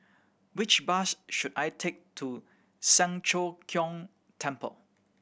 which bus should I take to Siang Cho Keong Temple